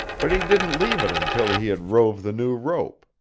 but he didn't leave it until he had rove the new rope,